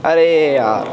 ارے یار